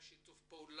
יש לקיים שיתוף פעולה